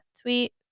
tweet